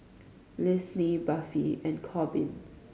Lynsey Buffy and Corbin